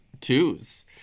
twos